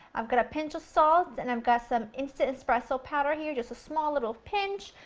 i've got a pinch of salt and i've got some instant espresso powder here, just a small little pinch,